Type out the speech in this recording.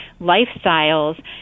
lifestyles